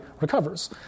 recovers